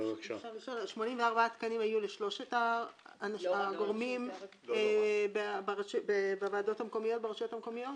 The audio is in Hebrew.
84 תקנים היו לשלושת הגורמים בוועדות המקומיות ברשויות המקומיות?